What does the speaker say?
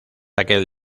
aquel